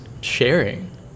sharing